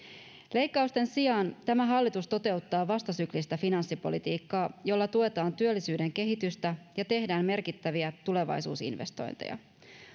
leikkausten sijaan tämä hallitus toteuttaa vastasyklistä finanssipolitiikkaa jolla tuetaan työllisyyden kehitystä ja tehdään merkittäviä tulevaisuusinvestointeja